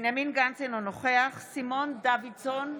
בנימין גנץ, אינו נוכח סימון דוידסון,